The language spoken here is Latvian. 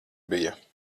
bija